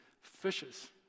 fishes